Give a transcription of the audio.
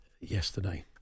yesterday